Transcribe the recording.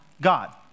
God